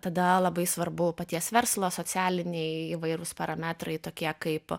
tada labai svarbu paties verslo socialiniai įvairūs parametrai tokie kaip